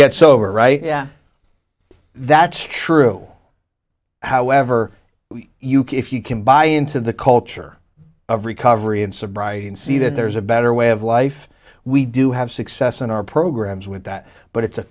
get sober right yeah that's true however you can if you can buy into the culture of recovery and sobriety and see that there's a better way of life we do have success in our programs with that but it's a